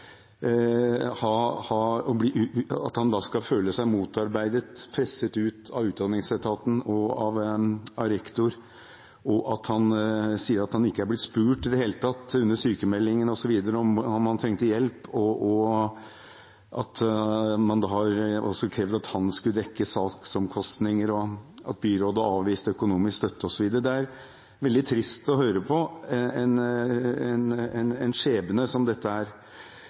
skal føle seg motarbeidet, presset ut av Utdanningsetaten og av rektor, og at han sier at han ikke er blitt spurt i det hele tatt under sykmeldingen om han trengte hjelp, og at man også har krevd at han skulle dekke saksomkostninger, og at byrådet avviste økonomisk støtte, osv. Det er veldig trist å høre om en skjebne som dette. Det jeg merker meg mest når det gjelder hva vi kan tenke av oppfølging ut fra det, er